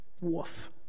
Woof